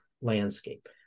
landscape